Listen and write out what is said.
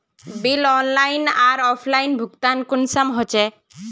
Bill online आर offline भुगतान कुंसम होचे?